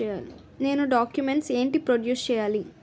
నేను డాక్యుమెంట్స్ ఏంటి ప్రొడ్యూస్ చెయ్యాలి?